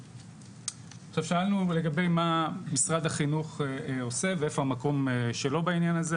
עכשיו שאלנו לגבי מה משרד החינוך עושה ואיפה המקום שלו בעניין הזה.